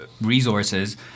resources